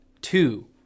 two